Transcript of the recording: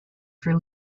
for